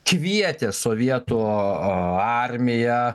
kvietė sovietų armiją